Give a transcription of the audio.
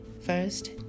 First